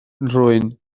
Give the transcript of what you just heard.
nhrwyn